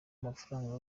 amafaranga